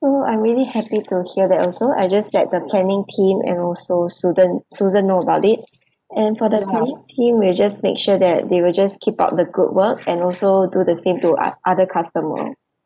so I'm really happy to hear that also I'll just let the planning team and also susan know about it and for the cleaning team we'll just make sure that they will just keep up the good work and also do the same to ot~ other customer